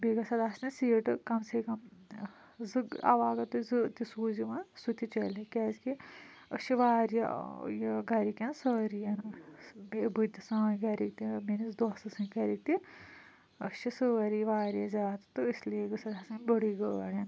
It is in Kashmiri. بیٚیہِ گَژھَن آسنہِ سیٖٹہٕ کم سے کم ٲں زٕ عَلاو اگر تُہۍ زٕ تہِ سوٗزِو سُہ تہِ چَلہِ کیٛازکہِ أسۍ چھِ واریاہ ٲں یہِ گھرِکۍ سٲری بیٚیہِ بہٕ تہِ سٲنۍ گَھرِکۍ تہِ میٛٲنِس دوستہٕ سٕنٛدۍ گَھرِکۍ تہِ أسۍ چھِ واریاہ زیادٕ تہٕ اس لیے گَژھیٚن آسٕنۍ بٔڑٕے گٲڑۍ